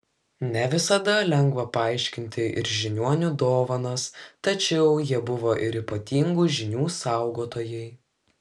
ne visada lengva paaiškinti ir žiniuonių dovanas tačiau jie buvo ir ypatingų žinių saugotojai